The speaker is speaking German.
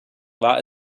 war